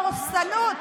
ובדורסנות